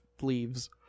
leaves